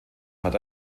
hat